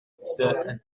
institutionnels